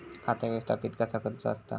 खाता व्यवस्थापित कसा करुचा असता?